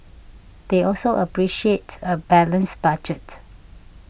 they also appreciate a balanced budget